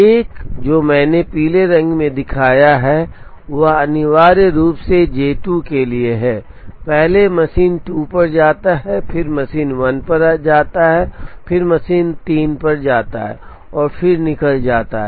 1 जो मैंने पीले रंग में दिखाया है वह अनिवार्य रूप से जे 2 के लिए है पहले मशीन 2 पर जाता है फिर मशीन 1 पर जाता है फिर मशीन 3 पर जाता है और फिर निकल जाता है